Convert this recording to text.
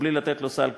או בלי לתת לו סל קליטה,